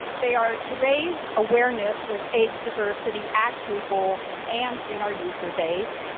they are to raise awareness of age diversity at google and in our user base,